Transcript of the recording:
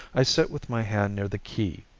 i sit with my hand near the key,